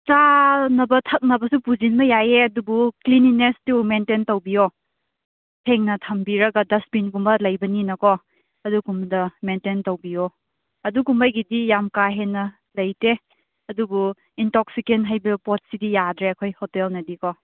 ꯆꯥꯅꯕ ꯊꯛꯅꯕꯁꯨ ꯄꯨꯁꯤꯟꯕ ꯌꯥꯏꯌꯦ ꯑꯗꯨꯕꯨ ꯀ꯭ꯂꯤꯟꯂꯤꯅꯦꯁꯇꯨ ꯃꯦꯟꯇꯦꯟ ꯇꯧꯕꯤꯌꯣ ꯁꯦꯡꯅ ꯊꯝꯕꯤꯔꯒ ꯗꯁꯕꯤꯟꯒꯨꯝꯕ ꯂꯩꯕꯅꯤꯅꯀꯣ ꯑꯗꯨꯒꯨꯝꯕꯗꯣ ꯃꯦꯟꯇꯦꯟ ꯇꯧꯕꯤꯌꯣ ꯑꯗꯨꯒꯨꯝꯕꯒꯤꯗꯤ ꯌꯥꯝ ꯀꯥ ꯍꯦꯟꯅ ꯂꯩꯇꯦ ꯑꯗꯨꯕꯨ ꯏꯟꯇꯣꯛꯁꯤꯀꯦꯟ ꯍꯥꯏꯕ ꯄꯣꯠꯁꯤꯗꯤ ꯌꯥꯗ꯭ꯔꯦ ꯑꯩꯈꯣꯏ ꯍꯣꯇꯦꯜꯅꯗꯤꯀꯣ